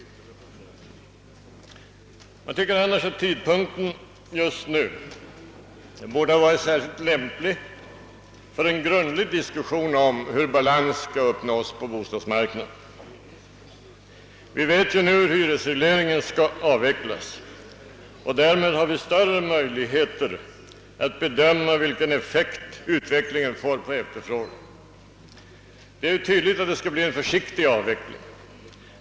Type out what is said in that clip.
Jag tycker annars att tidpunkten just nu borde ha varit särskilt lämplig för en grundlig diskussion om hur balans skall uppnås på bostadsmarknaden. Vi vet ju nu hur hyresregleringen skall avvecklas, och därmed har vi större möjligheter att bedöma vilken effekt avvecklingen får på efterfrågan. Det är tydligt att det skall bli en försiktig avveckling.